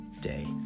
day